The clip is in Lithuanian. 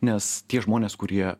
nes tie žmonės kurie